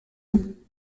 fou